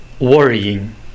worrying